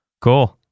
cool